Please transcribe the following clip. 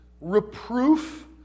reproof